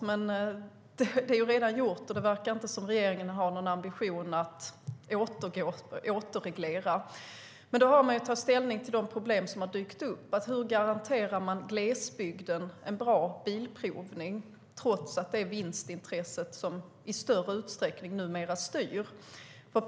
Men det är redan gjort, och det verkar inte som att regeringen har någon ambition att återreglera. Då har vi att ta ställning till de problem som har dykt upp. Hur garanterar man glesbygden en bra bilprovning trots att det är vinstintresset som numera styr i större utsträckning?